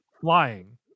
flying